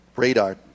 Radar